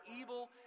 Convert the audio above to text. evil